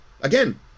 again